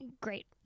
Great